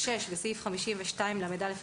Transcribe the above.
בסעיף 52לא,